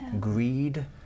greed